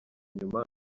nyuma